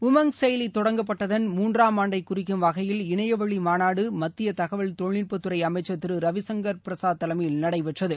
உமங் செயலி தொடங்கப்பட்டதன் மூன்றாம் ஆண்டை குறிக்கும் வகையில் இணையவழி மாநாடு மத்திய தகவல் தொழில்நுட்பத்துறை அமைச்சர் திரு ரவிசங்கர் பிரசாத் தலைமையில் நடைபெற்றது